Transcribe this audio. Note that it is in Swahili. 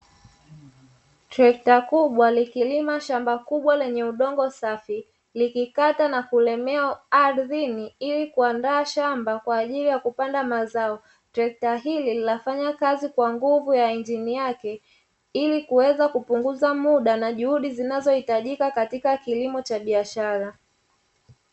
Trekta kubwa likilima shamba kubwa lenye udongo safi, likikata na kuelemea ardhini ili kuandaa shamba kwa ajili kupanda mazao. Trekta hili linafanya kazi kwa nguvu ya injini yake, ili kuweza kupunguza muda na juhudi zinazohitajika katika kilimo cha biashara.